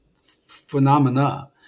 phenomena